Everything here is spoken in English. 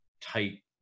tight